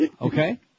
Okay